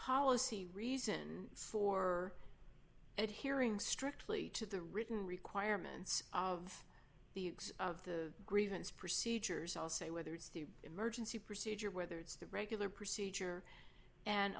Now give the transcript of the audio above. policy reason for it hearing strictly to the written requirements of the of the grievance procedures all say whether it's the emergency procedure whether it's the regular procedure and